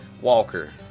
Walker